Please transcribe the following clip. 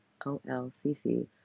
OLCC